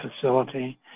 facility